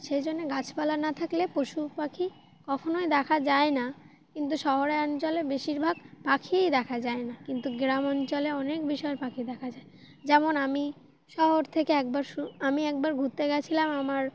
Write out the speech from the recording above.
সেই জন্যে গাছপালা না থাকলে পশু পাখি কখনোই দেখা যায় না কিন্তু শহরে অঞ্চলে বেশিরভাগ পাখিই দেখা যায় না কিন্তু গ্রাম অঞ্চলে অনেক বিষয় পাখি দেখা যায় যেমন আমি শহর থেকে একবার শু আমি একবার ঘুরতে গিয়েছিলাম আমার